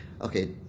okay